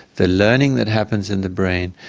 the learning that happens in the brain,